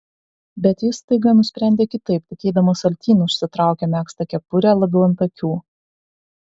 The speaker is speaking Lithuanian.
bet jis staiga nusprendė kitaip tik eidamas artyn užsitraukė megztą kepurę labiau ant akių